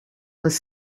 was